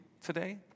today